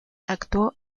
actuó